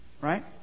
Right